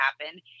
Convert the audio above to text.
happen